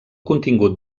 contingut